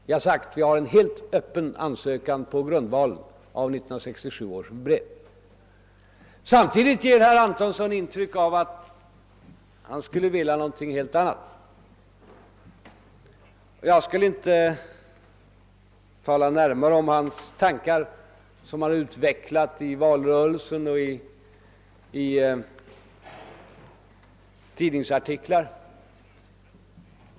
Vi har sagt att vi har en helt öppen ansökan på grundval av 1967 års brev. Samtidigt ger herr Antonsson intryck av att han skulle vilja någonting helt annat. Jag skall inte närmare tala om de tankar som han utvecklat i valrörelsen och i tidningsartiklar.